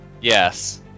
Yes